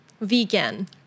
Vegan